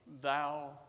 thou